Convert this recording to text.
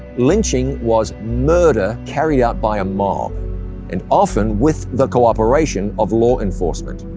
lynching was murder carried out by a mob and often with the cooperation of law enforcement.